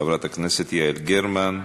חברת הכנסת יעל גרמן?